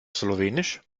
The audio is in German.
slowenisch